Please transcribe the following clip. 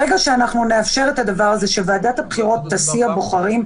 ברגע שנאפשר שוועדת הבחירות תסיע בוחרים,